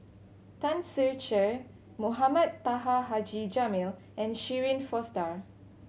Tan Ser Cher Mohamed Taha Haji Jamil and Shirin Fozdar